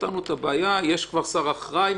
פתרנו את הבעיה, יש כבר שר אחראי.